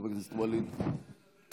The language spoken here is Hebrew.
חבר הכנסת ווליד טאהא,